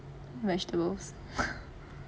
vegetables